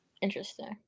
Interesting